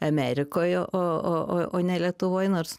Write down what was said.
amerikoj o o o o ne lietuvoj nors